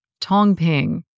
tongping